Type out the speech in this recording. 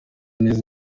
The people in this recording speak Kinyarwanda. neza